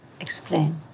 Explain